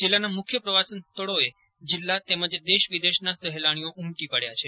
જીલ્લાના મુખ્ય પ્રવાસન સ્થળોએ જીલ્લા તેમજ દેશ વિદેશના સહેલાશીઓ ઉમટી પકયા છે